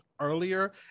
earlier